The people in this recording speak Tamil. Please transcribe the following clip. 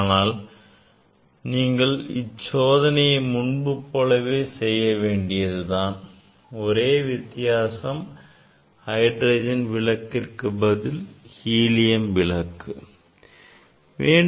ஆனால் நீங்கள் இச்சோதனையை முன்பு போலவே செய்ய வேண்டியதுதான் ஒரே வித்தியாசம் ஹைட்ரஜன் விளக்கிற்கு பதில் ஹீலியம் விளக்கு அவ்வளவுதான்